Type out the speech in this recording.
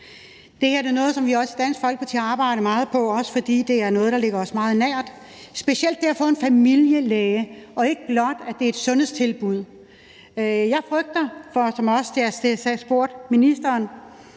her er noget, som vi også i Dansk Folkeparti arbejder meget på, også fordi det er noget, der ligger os meget nært – specielt det at få en familielæge, og at det ikke blot er et sundhedstilbud. I forbindelse med det, jeg også spurgte ministeren